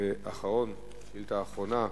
ושאילתא אחרונה,